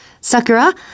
Sakura